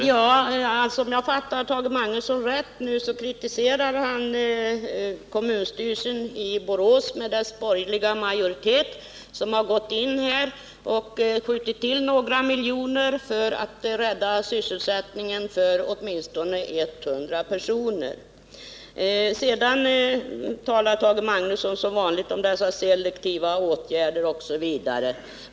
Herr talman! Om jag fattar Tage Magnusson rätt nu, så kritiserar han kommunstyrelsen i Borås, med dess borgerliga majoritet, som har gått in här och skjutit till några miljoner kronor för att rädda sysselsättningen för åtminstone 100 personer. Vidare talar Tage Magnusson som vanligt om det fördärvliga med selektiva åtgärder osv.